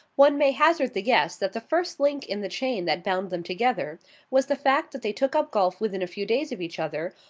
one may hazard the guess that the first link in the chain that bound them together was the fact that they took up golf within a few days of each other,